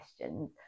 questions